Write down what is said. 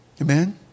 Amen